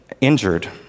Injured